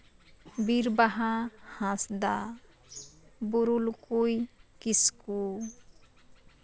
ᱵᱤᱨᱵᱟᱦᱟ ᱦᱟᱸᱥᱫᱟ ᱵᱩᱨᱩᱞᱩᱠᱩᱭ ᱠᱤᱥᱠᱩ